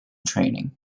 training